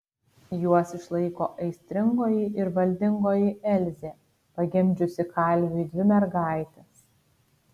juos išlaiko aistringoji ir valdingoji elzė pagimdžiusi kalviui dvi mergaites